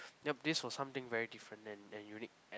yup this was something very different and unique